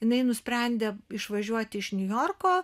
jinai nusprendė išvažiuoti iš niujorko